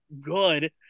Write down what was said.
good